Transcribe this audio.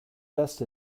best